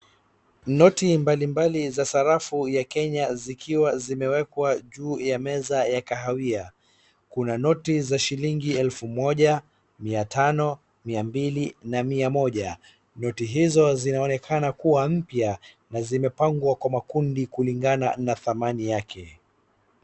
Noti mbalimbali za sarafu ya Kenya zikiwa zimewekwa juu ya meza ya kahawia. Kuna noti za shilingi elfu moja, mia tano, mia mbili na mia moja, noti hizo zinaonekana kuwa mpya na zimepangwa kwa makundi kulingana na thamani yake.